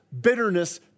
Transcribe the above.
bitterness